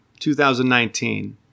2019